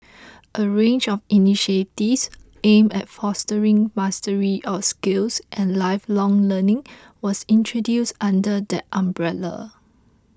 a range of initiatives aimed at fostering mastery of skills and lifelong learning was introduced under that umbrella